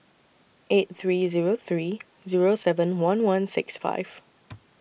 eight three Zero three Zero seven one one six five